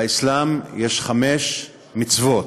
לאסלאם יש חמש מצוות: